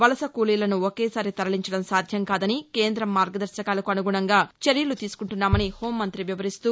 వలస కూలీలను ఒకేసారి తరలించడం సాధ్యం కాదని కేంద్రం మార్గదర్భకాలకు అనుగుణంగా చర్యలు తీసుకుంటున్నామని హోంమంత్రి వివరిస్తూ